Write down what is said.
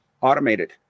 automated